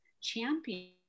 champion